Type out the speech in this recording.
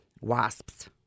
Wasps